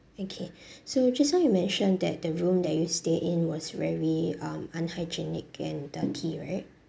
okay so just now you mentioned that the room that you stayed in was very um unhygienic and dirty right